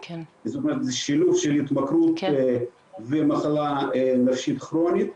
שילוב של התמכרות ומחלה נפשית כרונית.